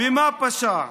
במה פשע?